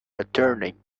returning